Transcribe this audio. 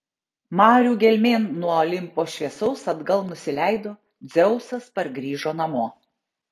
marių gelmėn nuo olimpo šviesaus atgal nusileido dzeusas pargrįžo namo